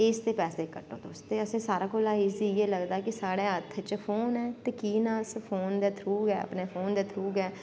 इसदे पैसे कट्टो तुस ते असें सारैं कोला इज़ी इयै लगदा कि साढ़ै हत्थ च फोन ऐ की ना अस फोन दै थ्रू गै अपनै फोन दै थ्रू गै